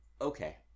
okay